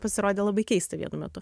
pasirodė labai keista vienu metu